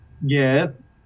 yes